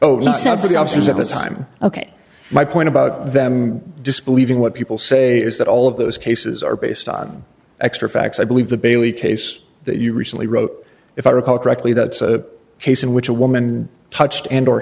of the officers at the time ok my point about them disbelieving what people say is that all of those cases are based on extra facts i believe the bailey case that you recently wrote if i recall correctly that's a case in which a woman touched and or